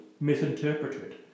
misinterpreted